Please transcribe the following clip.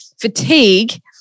fatigue